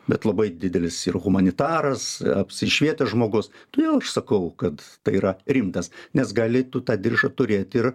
bet labai didelis ir humanitaras apsišvietęs žmogus todėl aš sakau kad tai yra rimtas nes gali tu tą diržą turėti ir